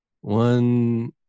one